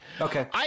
Okay